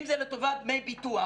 אם זה לטובת דמי ביטוח.